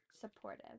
Supportive